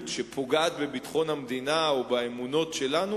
שפוגעת בביטחון המדינה או באמונות שלנו?